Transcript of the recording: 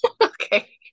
Okay